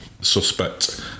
suspect